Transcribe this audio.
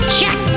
Check